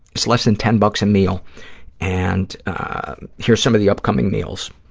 it's less than ten bucks a meal and here's some of the upcoming meals.